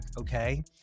okay